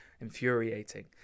infuriating